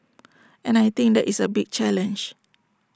and I think that is A big challenge